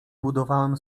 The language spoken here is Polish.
budowałem